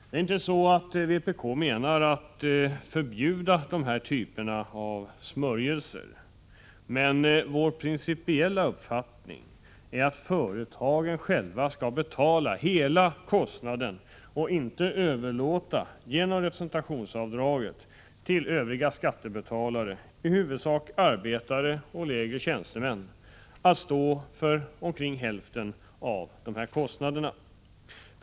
Det är inte så att vpk avser att förbjuda dessa typer av ”smörjelser”, men vår principiella uppfattning är att företagen själva skall betala hela kostnaden och inte, genom representationsavdraget, överlåta åt övriga skattebetalare — i huvudsak arbetare och lägre tjänstemän — att stå för omkring hälften av kostnaderna.